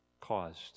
caused